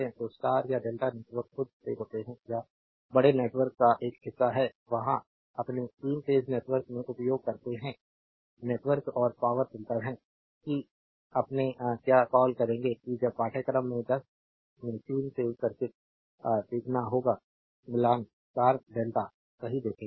तो स्टार या डेल्टा नेटवर्क खुद से होते हैं या बड़े नेटवर्क का एक हिस्सा है वहां अपने 3 फेज नेटवर्क में उपयोग करते हैं नेटवर्क और पावरफिल्टर है कि अपने क्या कॉल करेंगे कि जब पाठ्यक्रम के 10 में 3 फेज सर्किट सीखना होगा मिलान स्टार डेल्टा सही देखेंगे